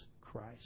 Christ